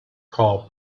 call